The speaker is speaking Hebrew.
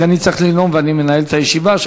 כי אני צריך לנאום ואני מנהל את הישיבה.